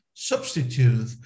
Substitute